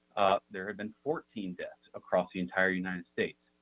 there had been fourteen deaths across the entire united states.